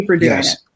Yes